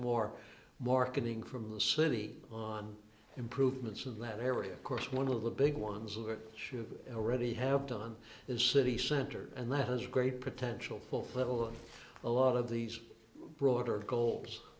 more marketing from the city on improvements in that area course one of the big ones or it should already have done is city center and that has great potential for federal and a lot of these broader goals